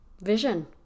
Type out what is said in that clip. vision